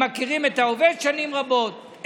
הם מכירים את העובד שנים רבות,